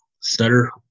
stutter